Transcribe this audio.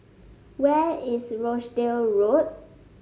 where is Rochdale Road